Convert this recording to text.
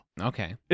Okay